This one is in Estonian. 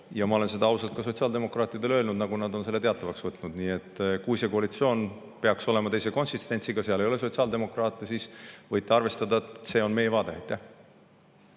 Ma olen seda ausalt ka sotsiaaldemokraatidele öelnud, nad on selle teatavaks võtnud. Nii et kui koalitsioon peaks olema teise [koosseisuga], kui seal ei ole sotsiaaldemokraate, siis te võite arvestada, et see on meie vaade.